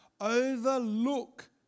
overlook